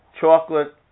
chocolate